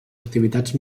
activitats